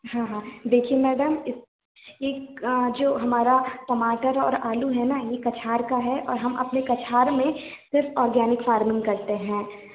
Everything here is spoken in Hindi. हाँ हाँ देखिये मैडम इस एक जो हमारा टमाटर और आलू है ना ये कछार का है और हम अपने कछार में सिर्फ ऑर्गेनिक फार्मिंग करते हैं